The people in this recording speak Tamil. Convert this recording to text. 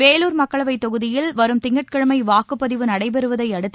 வேலூர் மக்களவைத் தொகுதியில் வரும் திங்கட்கிழமை வாக்குப்பதிவு நடைபெறுவதை அடுத்து